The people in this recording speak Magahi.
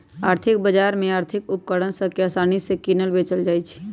आर्थिक बजार में आर्थिक उपकरण सभ के असानि से किनल बेचल जाइ छइ